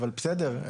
אבל בסדר.